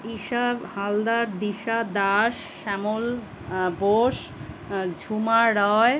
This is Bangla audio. ইশা হালদার দিশা দাস শ্যামল বোস ঝুমা রয়